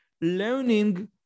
learning